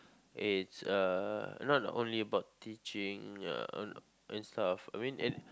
it's uh not only about teaching ya and and stuff I mean and